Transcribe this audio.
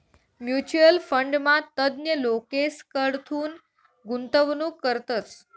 mutual फंडमा तज्ञ लोकेसकडथून गुंतवणूक करतस